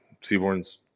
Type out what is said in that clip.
Seaborn's